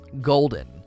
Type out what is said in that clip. Golden